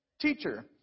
Teacher